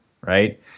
Right